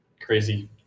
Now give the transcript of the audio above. crazy